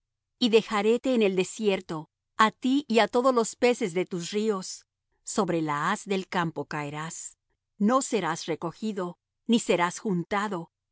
y dejaréte en el desierto á ti y á todos los peces de tus ríos sobre la haz del campo caerás no serás recogido ni serás juntado